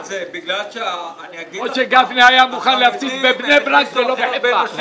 משה גפני היה מוכן להפסיד בבני ברק ולא בחיפה.